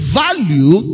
value